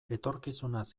etorkizunaz